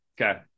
okay